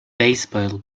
baseball